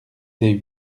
des